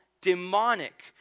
demonic